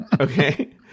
okay